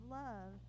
love